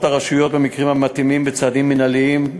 הרשויות במקרים המתאימים צעדים מינהליים,